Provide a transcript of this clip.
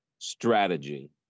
Strategy